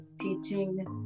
teaching